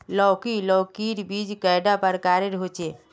लौकी लौकीर बीज कैडा प्रकारेर होचे?